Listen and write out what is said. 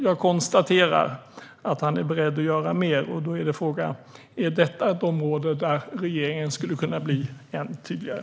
Jag konstaterar att han är beredd att göra mer, och då är frågan: Är detta ett område där regeringen skulle kunna bli ännu tydligare?